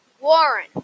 Warren